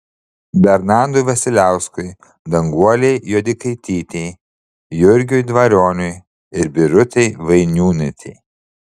bernardui vasiliauskui danguolei juodikaitytei jurgiui dvarionui ir birutei vainiūnaitei